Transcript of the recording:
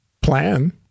plan